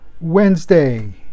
wednesday